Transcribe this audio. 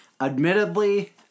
Admittedly